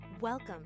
Welcome